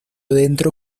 dentro